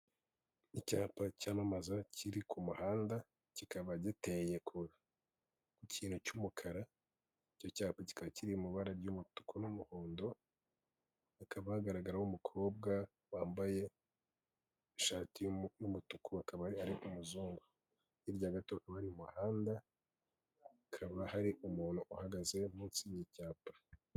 Icyapa cyamamaza kiri ku muhanda, kikaba giteye ku ikintu cy'umukara, icyo cyapa kikaba kiri mu ibara ry'umutuku n'umuhondo, hakaba hagaragaraho umukobwa wambaye ishati y'umutuku, akaba ari umuzungu. Hirya gato hakaba hari umuhanda, hakaba hari umuntu uhagaze munsi y'icyapa.